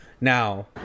now